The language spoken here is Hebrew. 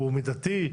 הוא מידתי?